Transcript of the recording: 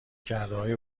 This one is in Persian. کردههای